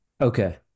okay